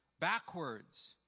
backwards